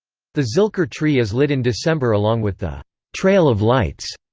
the zilker tree is lit in december along with the trail of lights,